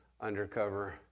undercover